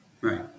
Right